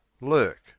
Lurk